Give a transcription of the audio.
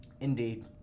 Indeed